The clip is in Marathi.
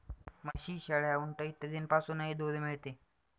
म्हशी, शेळ्या, उंट इत्यादींपासूनही दूध मिळते